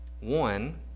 One